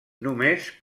només